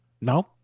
no